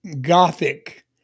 Gothic